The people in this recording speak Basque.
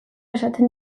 esaten